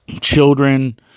children